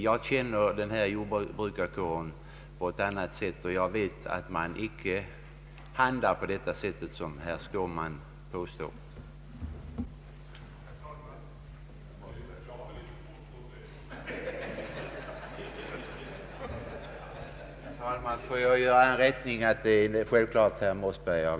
Jag känner jordbrukarkåren, och jag vet att man icke handlar på det sätt som herr Skårman påstår.